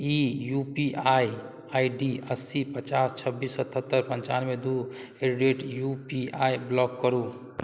E U P I I D अस्सी पचास छब्बीस सतहत्तरि पनचानवे दुइ at the rate U P I block करू